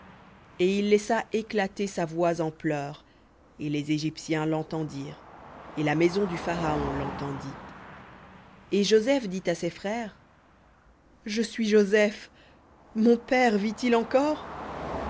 et il laissa éclater sa voix en pleurs et les égyptiens l'entendirent et la maison du pharaon lentendit et joseph dit à ses frères je suis joseph mon père vit-il encore